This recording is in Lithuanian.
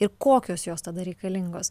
ir kokios jos tada reikalingos